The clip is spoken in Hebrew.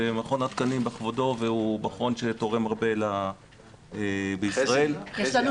מכון התקנים בכבודו והוא מכון שתורם הרבה בישראל --- חזי,